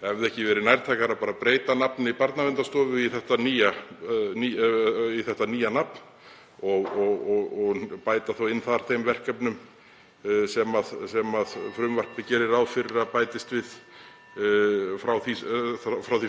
Hefði ekki verið nærtækara að breyta nafni Barnaverndarstofu í þetta nýja nafn og bæta þá þar við þeim verkefnum sem frumvarpið gerir ráð fyrir að bætist við frá því